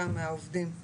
גם מהעובדים,